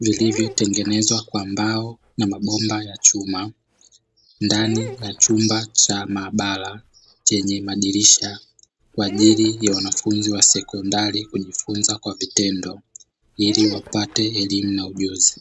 vilivyotengenezwa kwa mbao na mabomba ya chuma, ndani ya chumba cha maabara chenye madirisha kwa ajili ya wanafunzi wa sekondari kujifunza kwa vitendo ili wapate elimu na ujuzi.